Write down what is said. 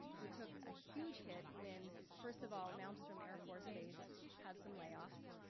we took a huge hit when, first of all, malmstrom air force base had some layoffs,